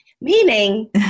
Meaning